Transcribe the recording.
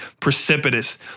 precipitous